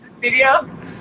video